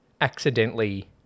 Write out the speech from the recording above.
Accidentally